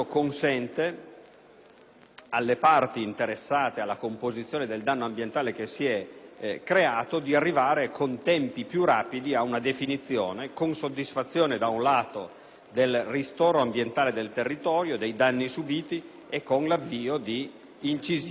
alle parti interessate alla composizione del danno ambientale che si è creato di arrivare con tempi più rapidi ad una definizione, con soddisfazione del ristoro ambientale del territorio dei danni subiti e con l'avvio di incisivi interventi di bonifica.